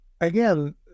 again